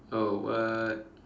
oh what